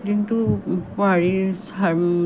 দিনটোৰ হেৰি